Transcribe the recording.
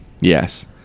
Yes